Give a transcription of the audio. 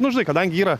nu žinai kadangi yra